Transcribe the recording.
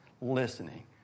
listening